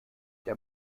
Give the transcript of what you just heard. der